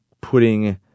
putting